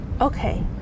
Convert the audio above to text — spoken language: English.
Okay